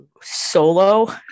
solo